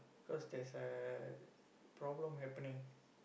cause there's a problem happening